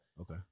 Okay